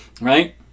right